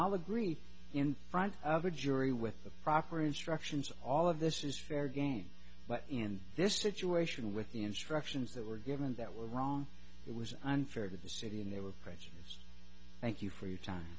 i'll agree in front of a jury with the proper instructions all of this is fair game but in this situation with the instructions that were given that were wrong it was unfair to the city and they were present thank you for your time